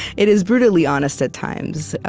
it is brutally honest at times.